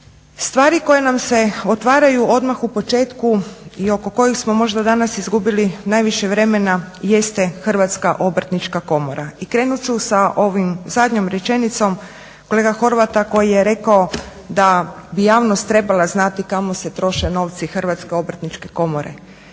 Stvari koje nam se otvaraju odmah u početku i oko kojih smo možda danas izgubili najviše vremena jeste HOK. I krenut ću sa ovom zadnjom rečenicom kolege Horvata koji je rekao da bi javnost trebala znati kamo se troše novci HOK-a. Ne javnost, to